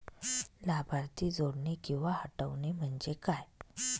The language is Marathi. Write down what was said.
लाभार्थी जोडणे किंवा हटवणे, म्हणजे काय?